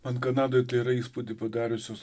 man kanadoj tai yra įspūdį padariusios